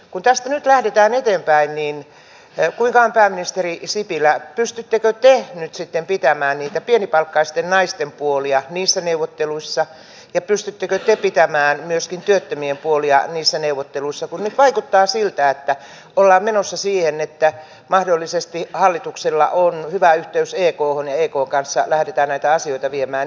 kun tästä nyt lähdetään eteenpäin niin kuinka on pääministeri sipilä pystyttekö te nyt sitten pitämään niiden pienipalkkaisten naisten puolia niissä neuvotteluissa ja pystyttekö te pitämään myöskin työttömien puolia niissä neuvotteluissa kun nyt vaikuttaa siltä että ollaan menossa siihen että mahdollisesti hallituksella on hyvä yhteys ekhon ja ekn kanssa lähdetään näitä asioita viemään eteenpäin